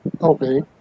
Okay